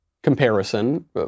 comparison